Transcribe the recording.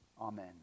Amen